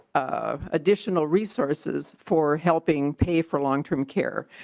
um additional resources for helping pay for long-term care.